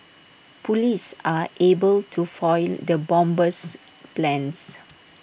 Police are able to foil the bomber's plans